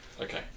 Okay